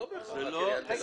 לא בהכרח רק תל אביב.